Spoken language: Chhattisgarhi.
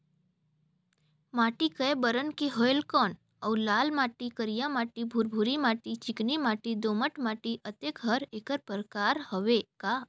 माटी कये बरन के होयल कौन अउ लाल माटी, करिया माटी, भुरभुरी माटी, चिकनी माटी, दोमट माटी, अतेक हर एकर प्रकार हवे का?